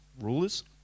rulers